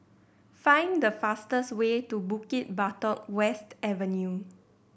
find the fastest way to Bukit Batok West Avenue